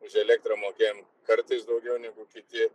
už elektrą mokėjom kartais daugiau negu kiti